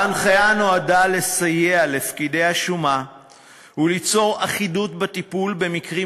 ההנחיה נועדה לסייע לפקידי השומה ליצור אחידות בטיפול במקרים